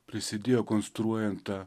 prisidėjo konstruojant tą